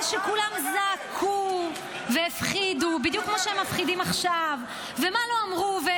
מתווה גז שבסוף יספק את הפחתת הפליטות המשמעותית